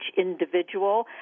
individual